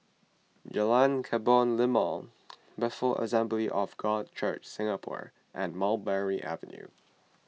Jalan Kebun Limau Bethel Assembly of God Church Singapore and Mulberry Avenue